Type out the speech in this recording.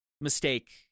mistake